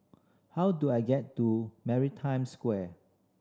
how do I get to Maritime Square